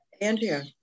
Andrea